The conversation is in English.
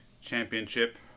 Championship